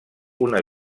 una